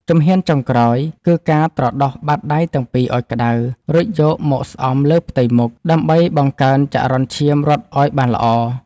ជំហានចុងក្រោយគឺការត្រដុសបាតដៃទាំងពីរឱ្យក្ដៅ រួចយកមកស្អំលើផ្ទៃមុខ ដើម្បីបង្កើនចរន្តឈាមរត់ឱ្យបានល្អ។